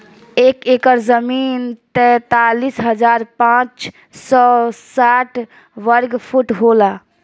एक एकड़ जमीन तैंतालीस हजार पांच सौ साठ वर्ग फुट होला